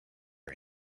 and